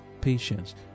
patience